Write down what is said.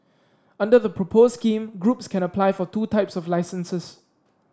under the proposed scheme groups can apply for two types of licences